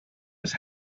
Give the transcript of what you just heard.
his